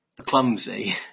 clumsy